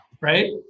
Right